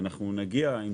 אנחנו נגיע עם